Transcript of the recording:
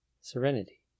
serenity